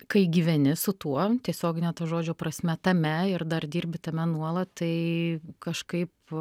kai gyveni su tuo tiesiogine to žodžio prasme tame ir dar dirbi tame nuolat tai kažkaip